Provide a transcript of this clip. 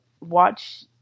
watch